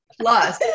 plus